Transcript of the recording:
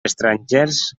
estrangers